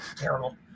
terrible